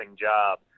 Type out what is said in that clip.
job